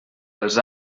els